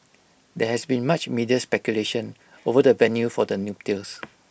there has been much media speculation over the venue for the nuptials